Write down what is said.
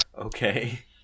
Okay